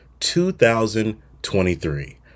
2023